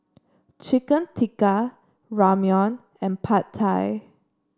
Chicken Tikka Ramyeon and Pad Thai